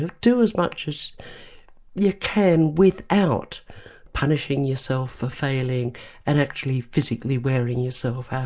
do as much as you can without punishing yourself for failing and actually physically wearing yourself out.